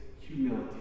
humility